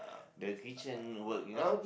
the kitchen work you know